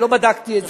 אני לא בדקתי את זה,